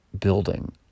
building